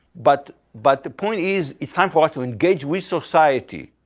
but but the point is it's time for us to engage with society.